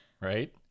Right